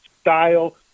style